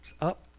up